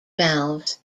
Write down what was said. valves